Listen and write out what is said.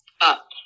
Up